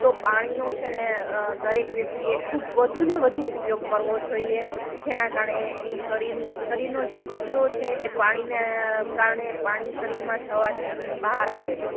તો પાણીનો છેને દરેક વ્યક્તિએ ખૂબ વધુ ને વધુ ઉપયોગ કરવો જોઇએ જેના કારણે એની શરીર શરીરનું જે કચરો છે એ પાણીને કારણે પાણી શરીરમાં જવાથી બહાર આવે છે